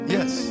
Yes